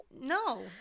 no